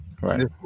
right